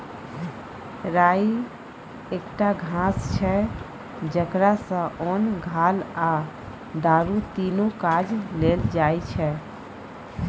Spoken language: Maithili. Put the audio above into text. राइ एकटा घास छै जकरा सँ ओन, घाल आ दारु तीनु काज लेल जाइ छै